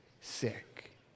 sick